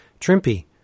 Trimpy